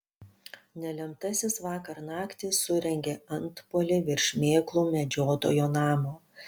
nelemtasis vakar naktį surengė antpuolį virš šmėklų medžiotojo namo